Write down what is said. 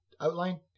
outline